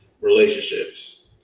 relationships